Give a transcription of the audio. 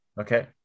Okay